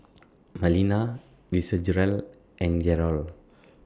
Marlena Fitzgerald and Garold